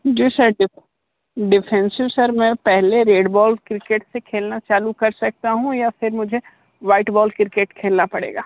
जी sir defensive sir मैं पहले red ball cricket से खेलना चालू कर सकता हूँ या फ़िर मुझे वाइट बॉल क्रिकेट खेलना पड़ेगा